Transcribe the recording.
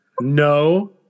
No